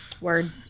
word